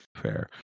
Fair